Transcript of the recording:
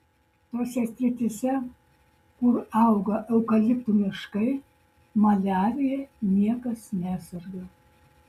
tose srityse kur auga eukaliptų miškai maliarija niekas neserga